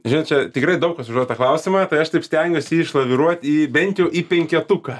žinai čia tikrai daug kas užduoda tą klausimą tai aš taip stengiuos jį išlaviruot į bent jau į penketuką